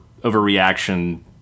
overreaction